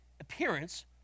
appearance